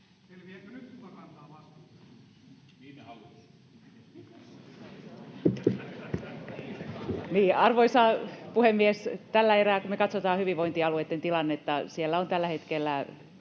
Ikonen, olkaa hyvä. Arvoisa puhemies! Tällä erää, kun me katsotaan hyvinvointialueitten tilannetta, siellä on tällä hetkellä